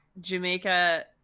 Jamaica